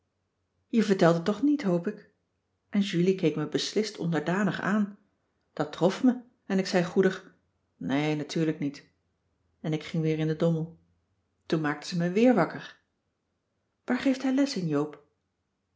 je vertelt het toch niet hoop ik en julie keek me beslist onderdanig aan dat trof me en ik zei goedig nee natuurlijk niet en ik ging weer in den dommel toen maakte ze me weer wakker waar geeft hij les in joop